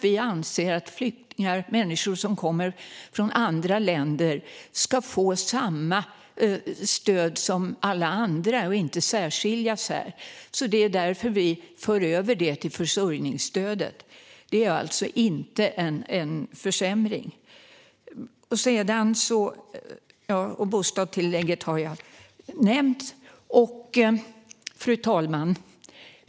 Vi anser att flyktingar och människor som kommer från andra länder ska få samma stöd som alla andra och inte särskiljas. Därför för vi över detta till försörjningsstödet. Det är alltså inte en försämring. Bostadstillägget har jag redan nämnt. Fru talman!